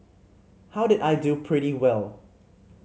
how did I do pretty well